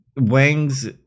Wang's